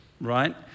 Right